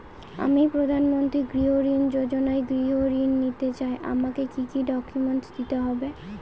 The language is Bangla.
আমি প্রধানমন্ত্রী গৃহ ঋণ যোজনায় গৃহ ঋণ নিতে চাই আমাকে কি কি ডকুমেন্টস দিতে হবে?